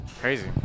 Crazy